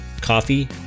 coffee